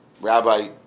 Rabbi